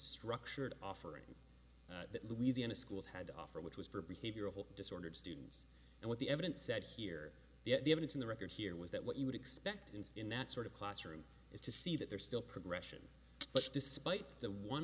structured offering that louisiana schools had to offer which was for behavioral disordered students and what the evidence said here that the evidence in the record here was that what you would expect in that sort of classroom is to see that there still progression but despite the one